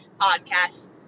podcast